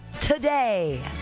today